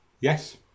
Yes